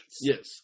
Yes